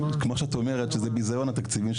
כמו שאת אומרת שזה ביזיון התקציבים,